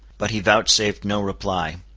but he vouchsafed no reply.